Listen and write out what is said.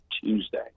Tuesday